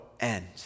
end